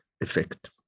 effect